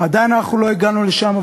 עדיין אנחנו לא הגענו לשם,